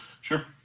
sure